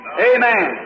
Amen